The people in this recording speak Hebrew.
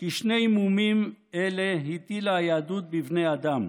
כי שני מומים אלה הטילה היהדות בבני אדם: